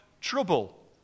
trouble